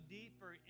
deeper